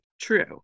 true